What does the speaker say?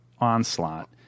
onslaught